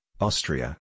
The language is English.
Austria